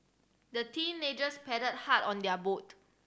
the teenagers paddled hard on their boat